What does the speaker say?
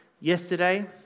yesterday